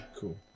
cool